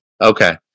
Okay